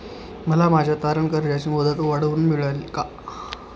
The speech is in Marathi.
मला माझ्या तारण कर्जाची मुदत वाढवून मिळेल का?